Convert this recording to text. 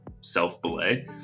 self-belay